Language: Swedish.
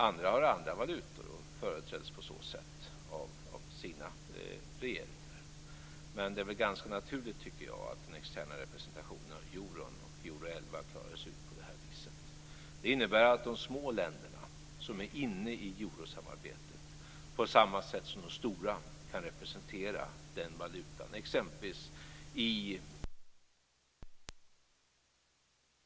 Andra har andra valutor och företräds av sina regeringar. Jag tycker att det är ganska naturligt att den externa representationen av euron och Euro-11 klarades ut på det här viset. Det innebär att de små länderna, som är inne i eurosamarbetet, på samma sätt som de stora kan representera den valutan, t.ex. i G 7, G 8 och i IMF diskussionerna. Finland, som ju snart blir ordförandeland, kan mycket väl komma att föra diskussionerna för euroområdet i den typen av organ. Jag ser inget konstigt i det.